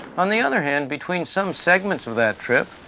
on the other hand, between some segments of that trip,